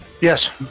Yes